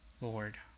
Lord